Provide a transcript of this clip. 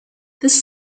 this